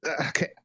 okay